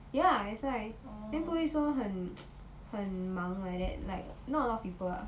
ya that's why then 不会说很很忙 like that like not a lot of people ah